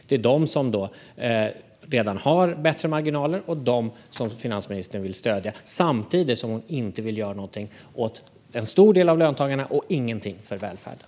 Det är de som redan har bättre marginaler, och det är dem som finansministern vill stödja - samtidigt som hon inte vill göra någonting åt en stor del av löntagarna och ingenting för välfärden.